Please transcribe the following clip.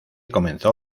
comenzó